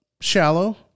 shallow